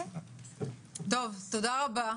תודה רבה.